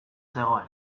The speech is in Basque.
zegoen